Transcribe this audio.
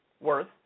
worth